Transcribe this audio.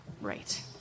right